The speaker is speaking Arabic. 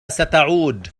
ستعود